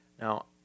Now